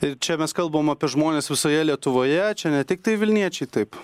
ir čia mes kalbam apie žmones visoje lietuvoje čia ne tiktai vilniečiai taip